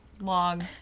long